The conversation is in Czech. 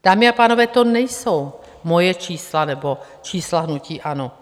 Dámy a pánové, to nejsou moje čísla nebo čísla hnutí ANO.